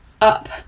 up